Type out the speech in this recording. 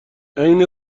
عین